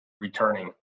returning